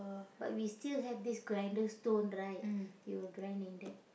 but we still have these grinder stones right we'll grind in that